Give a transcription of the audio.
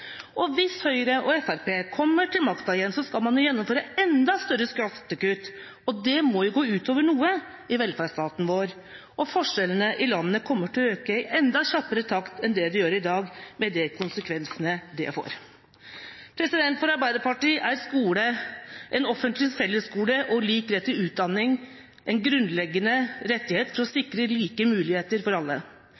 Hvis Høyre og Fremskrittspartiet kommer til makta igjen, skal man gjennomføre enda større skattekutt, og det må jo gå utover noe i velferdsstaten vår. Forskjellene i landet kommer til å øke i enda kjappere takt enn det de gjør i dag, med de konsekvensene det får. For Arbeiderpartiet er en offentlig fellesskole og lik rett til utdanning en grunnleggende rettighet for å